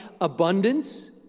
abundance